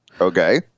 Okay